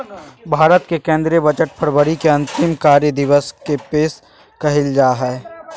भारत के केंद्रीय बजट फरवरी के अंतिम कार्य दिवस के पेश कइल जा हइ